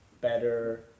better